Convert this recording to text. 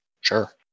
Sure